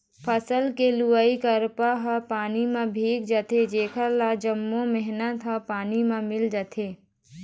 फसल के लुवाय करपा ह पानी म भींग जाथे जेखर ले जम्मो मेहनत ह पानी म मिल जाथे